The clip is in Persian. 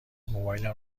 موبایلم